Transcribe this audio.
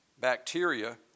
bacteria